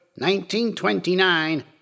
1929